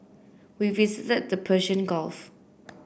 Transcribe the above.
we visited the Persian Gulf